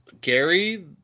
Gary